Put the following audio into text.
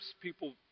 people